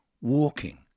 walking